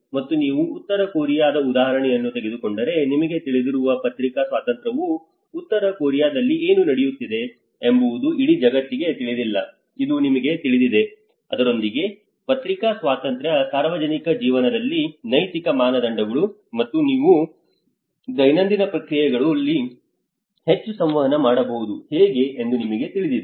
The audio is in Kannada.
ಮತ್ತು ನೀವು ಉತ್ತರ ಕೊರಿಯಾದ ಉದಾಹರಣೆಯನ್ನು ತೆಗೆದುಕೊಂಡರೆ ನಿಮಗೆ ತಿಳಿದಿರುವ ಪತ್ರಿಕಾ ಸ್ವಾತಂತ್ರ್ಯವು ಉತ್ತರ ಕೊರಿಯಾದಲ್ಲಿ ಏನು ನಡೆಯುತ್ತಿದೆ ಎಂಬುದು ಇಡೀ ಜಗತ್ತಿಗೆ ತಿಳಿದಿಲ್ಲ ಎಂದು ನಿಮಗೆ ತಿಳಿದಿದೆ ಇದರೊಂದಿಗೆ ಪತ್ರಿಕಾ ಸ್ವಾತಂತ್ರ್ಯ ಸಾರ್ವಜನಿಕ ಜೀವನದಲ್ಲಿ ನೈತಿಕ ಮಾನದಂಡಗಳು ಮತ್ತು ಇವು ದೈನಂದಿನ ಪ್ರಕ್ರಿಯೆಗಳಲ್ಲಿ ಹೆಚ್ಚು ಸಂವಹನ ಮಾಡುವುದು ಹೇಗೆ ಎಂದು ನಿಮಗೆ ತಿಳಿದಿದೆ